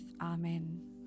Amen